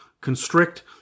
constrict